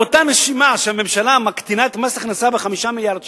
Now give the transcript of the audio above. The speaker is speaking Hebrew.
באותה נשימה שהממשלה מקטינה את מס הכנסה ב-5 מיליארד שקל,